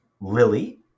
Lily